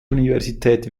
universität